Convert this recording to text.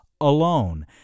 Alone